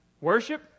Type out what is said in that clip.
Worship